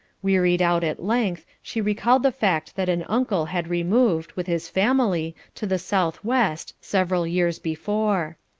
wearied out at length, she recalled the fact that an uncle had removed, with his family, to the south-west, several years before.